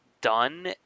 done